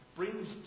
brings